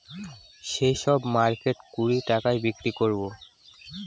সেই সব মার্কেটে কুড়ি টাকায় বিক্রি করাবো